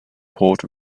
poured